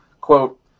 Quote